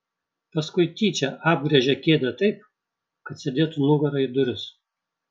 paskui tyčia apgręžė kėdę taip kad sėdėtų nugara į duris